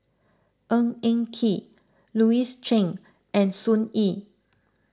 Ng Eng Kee Louis Chen and Sun Yee